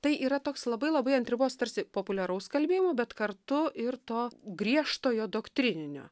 tai yra toks labai labai ant ribos tarsi populiaraus kalbėjimo bet kartu ir to griežtojo doktrininio